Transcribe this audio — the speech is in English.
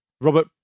Robert